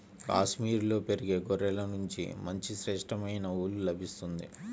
కాశ్మీరులో పెరిగే గొర్రెల నుంచి మంచి శ్రేష్టమైన ఊలు లభిస్తుంది